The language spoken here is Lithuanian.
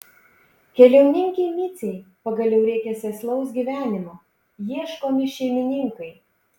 keliauninkei micei pagaliau reikia sėslaus gyvenimo ieškomi šeimininkai